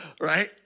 Right